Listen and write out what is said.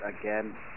again